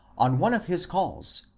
on one of his calls,